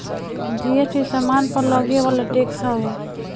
GST सामान पअ लगेवाला टेक्स होत हवे